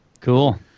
cool